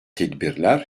tedbirler